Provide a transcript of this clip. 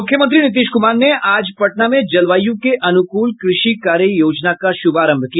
मुख्यमंत्री नीतीश कुमार ने आज पटना में जलवायु के अनुकूल कृषि कार्य योजना का शुभारंभ किया